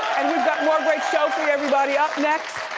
and we've got more great show for you everybody. up next,